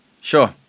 Sure